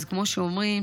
אז כמו שאומרים,